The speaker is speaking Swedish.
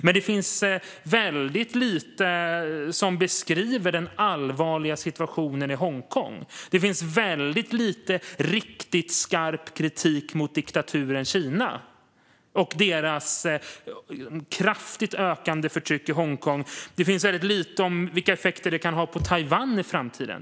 Men det finns väldigt lite som beskriver den allvarliga situationen i Hongkong. Det finns väldigt lite riktigt skarp kritik mot diktaturen Kina och dess kraftigt ökande förtryck i Hongkong. Det finns väldigt lite om vilka effekter det kan ha på Taiwan i framtiden.